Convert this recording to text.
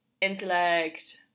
intellect